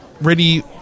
ready